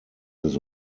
his